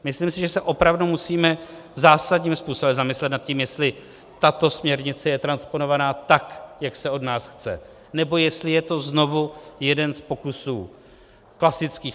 Myslím si, že se opravdu musíme zásadním způsobem zamyslet nad tím, jestli tato směrnice je transponovaná tak, jak se od nás chce, nebo jestli je to znovu jeden z pokusů klasických.